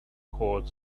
called